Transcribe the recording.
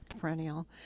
perennial